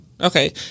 Okay